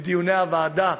בדיוני הוועדה,